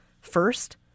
First